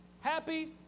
happy